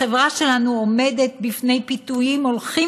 החברה שלנו עומדת בפני פיתויים הולכים